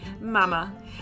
mama